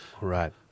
right